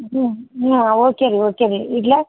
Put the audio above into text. ಹ್ಞೂ ನೀವಾ ಓಕೆ ರೀ ಓಕೆ ರೀ ಇಡ್ಲಾ